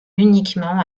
uniquement